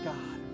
God